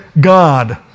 God